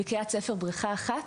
בקרית ספר בריכה אחת,